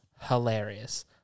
hilarious